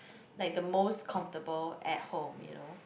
like the most comfortable at home you know